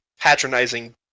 patronizing